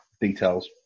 details